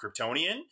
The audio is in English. Kryptonian